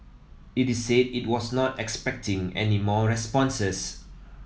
it is said it was not expecting any more responses